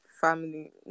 family